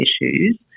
issues